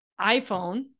iphone